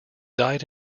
died